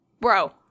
Bro